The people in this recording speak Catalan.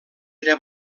era